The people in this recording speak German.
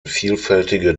vielfältige